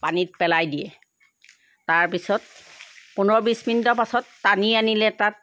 পানীত পেলাই দিয়ে তাৰপিছত পোন্ধৰ বিশ মিনিটৰ পাছত টানি আনিলে তাত